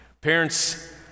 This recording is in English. Parents